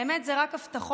באמת זה רק הבטחות,